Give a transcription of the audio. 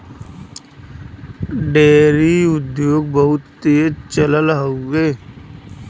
dairy उद्योग बहुत तेज चल रहल हउवे